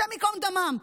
השם יקום דמם.